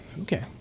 okay